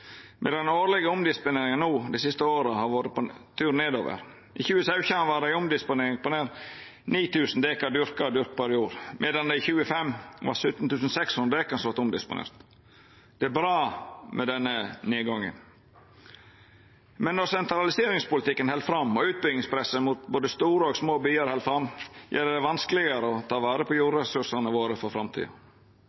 den årlege omdisponeringa dei siste åra har vore på tur nedover. I 2017 var det ei omdisponering på nær 9 000 dekar dyrka og dyrkbar jord, medan det i 2005 var 17 600 dekar som vart omdisponerte. Det er bra med denne nedgangen. Men når sentraliseringspolitikken og utbyggingspresset mot både store og små byar held fram, gjer det det vanskelegare å ta vare på